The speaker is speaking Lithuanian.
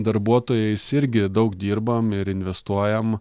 darbuotojais irgi daug dirbam ir investuojam